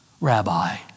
Rabbi